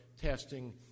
testing